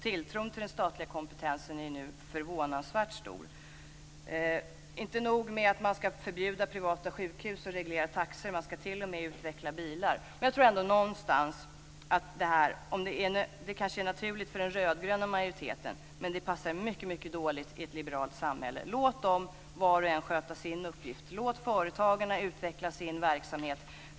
Tilltron till den statliga kompetensen är förvånansvärt stor. Inte nog med att man ska förbjuda privata sjukhus och reglera taxor - man ska t.o.m. utveckla bilar! Detta kanske är naturligt för den rödgröna majoriteten, men det passar mycket dåligt i ett liberalt samhälle. Låt var och en sköta sin uppgift! Låt företagarna utveckla sin verksamhet!